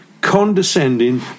condescending